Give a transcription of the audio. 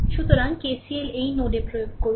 সুতরাং KCL এই নোডে প্রয়োগ করুন